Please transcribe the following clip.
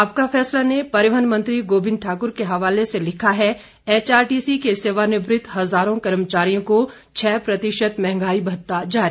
आपका फैसला ने परिवहन मंत्री गोविंद ठाकुर के हवाले से लिखा है एचआरटीसी के सेवानिवृत हजारों कर्मचारियों को छह प्रतिशत महंगाई भत्ता जारी